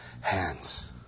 hands